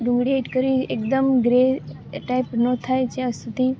ડુંગળી એડ કરી એકદમ ગ્રે ટાઈપ ન થાય જ્યાં સુધી